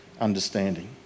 understanding